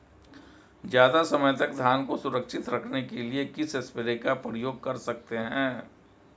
ज़्यादा समय तक धान को सुरक्षित रखने के लिए किस स्प्रे का प्रयोग कर सकते हैं?